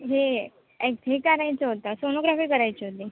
हे हे करायचं होतं सोनोग्राफी करायची होती